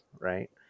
right